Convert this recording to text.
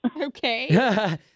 Okay